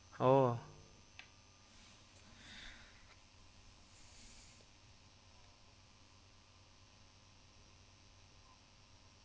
oh